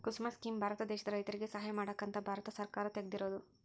ಕುಸುಮ scheme Bharat ದೇಶದ ರೈತರಿಗೆ ಸಹಾಯ ಮಾಡಕ ಅಂತ ಭಾರತ ಸರ್ಕಾರ ತೆಗ್ದಿರೊದು